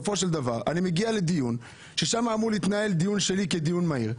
אני מגיע לדיון ששם אמור להתנהל דיון שלי כדיון מהיר,